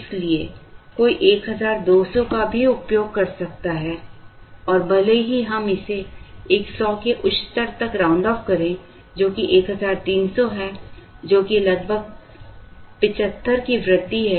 इसलिए कोई 1200 का भी उपयोग कर सकता है और भले ही हम इसे 100 के उच्च स्तर तक राउंड ऑफ करें जो कि 1300 है जो कि लगभग 75 की वृद्धि है